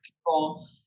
people